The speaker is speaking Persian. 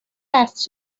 است